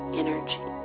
energy